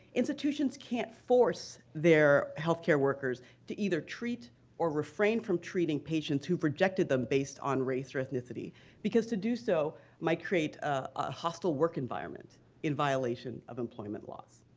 institutions can't force their health care workers to either treat or refrain from treating patients who rejected them based on race or ethnicity because to do so might create a hostile work environment in violation of employment laws.